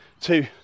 two